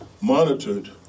monitored